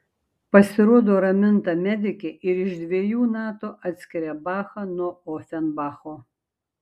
pasirodo raminta medikė ir iš dviejų natų atskiria bachą nuo ofenbacho